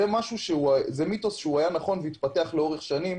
זה מיתוס שהיה נכון והתפתח לאורך שנים